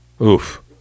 Oof